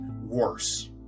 worse